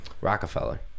Rockefeller